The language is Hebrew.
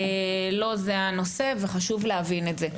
לא זה הנושא, וחשוב להבין את זה.